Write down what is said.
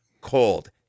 cold